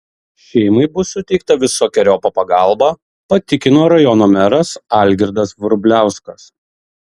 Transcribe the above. šeimai bus suteikta visokeriopa pagalba patikino rajono meras algirdas vrubliauskas